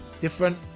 different